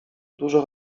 dużo